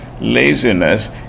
laziness